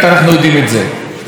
אנחנו יודעים את זה,